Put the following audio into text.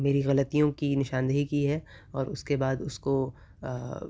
میری غلطیوں کی نشاندہی کی ہے اور اس کے بعد اس کو